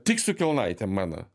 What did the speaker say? tik su kelnaitėm mano